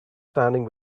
standing